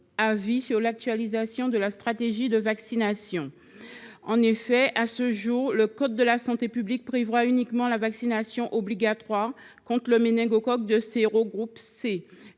avis sur l’actualisation de la stratégie de vaccination. En effet, à ce jour, le code de la santé publique prévoit uniquement la vaccination obligatoire contre le méningocoque de sérogroupe C.